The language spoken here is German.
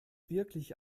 wirklich